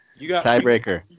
Tiebreaker